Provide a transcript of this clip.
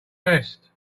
best